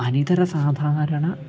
अनितरसाधारणम्